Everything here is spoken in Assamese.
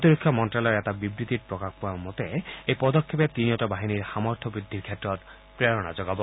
প্ৰতিৰক্ষা মন্ত্যালয়ৰ এটা বিবৃতিত প্ৰকাশ পোৱা মতে এই পদক্ষেপে তিনিওটা বাহিনীৰ সামৰ্থ বৃদ্ধিৰ ক্ষেত্ৰত প্ৰেৰণা যোগাব